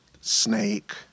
Snake